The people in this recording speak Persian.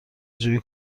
جویی